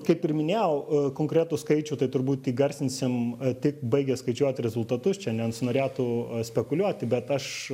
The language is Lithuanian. kaip ir minėjau konkretų skaičių tai turbūt įgarsinsim tik baigę skaičiuoti rezultatus čia nesinorėtų spekuliuoti bet aš